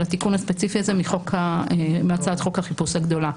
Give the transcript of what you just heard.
של התיקון הספציפי הזה מהצעת חוק החיפוש גדולה.